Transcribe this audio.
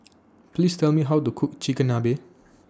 Please Tell Me How to Cook Chigenabe